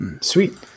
Sweet